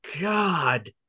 God